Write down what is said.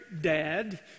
dad